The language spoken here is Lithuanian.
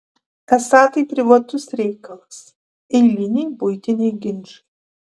esą tai privatus reikalas eiliniai buitiniai ginčai